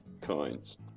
coins